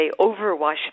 overwash